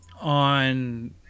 On